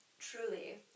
Truly